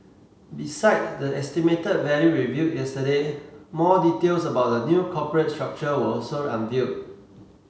besides the estimated value revealed yesterday more details about the new corporate structure were also unveiled